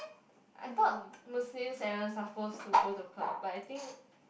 I thought Muslims are not supposed to go to club but I think